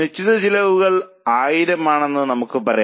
നിശ്ചിത ചെലവുകൾ 1000 ആണെന്ന് നമുക്ക് പറയാം